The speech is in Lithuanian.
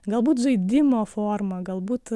galbūt žaidimo forma galbūt